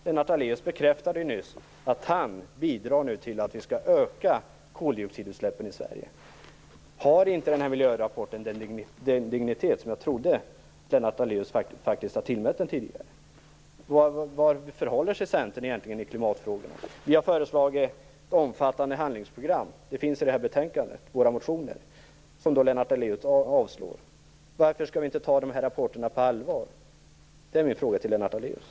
Lennart Daléus bekräftade ju nyss att han nu bidrar till att vi skall öka koldioxidutsläppen i Sverige. Har inte den här miljörapporten den dignitet som jag trodde att Lennart Daléus faktiskt har tillmätt den tidigare? Hur förhåller sig Centern egentligen i klimatfrågorna? Vi kristdemokraterna har föreslagit ett omfattande handlingsprogram. Det finns i betänkandet - i våra motioner, som Lennart Daléus avslår. Min fråga till Lennart Daléus är: Varför skall vi inte ta rapporterna på allvar?